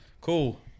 Cool